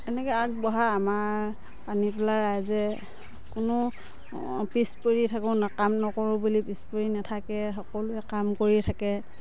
এনেকৈ আগবঢ়া আমাৰ পানীতোলা ৰাইজে কোনো পিছপৰি থাকোঁ কাম নকৰোঁ বুলি পিছপৰি নাথাকে সকলোৱে কাম কৰি থাকে